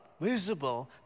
visible